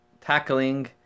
tackling